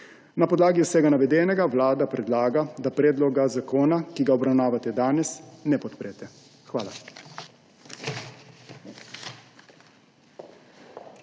Na podlagi vsega navedenega Vlada predlaga, da predloga zakona, ki ga obravnavate danes, ne podprete. Hvala.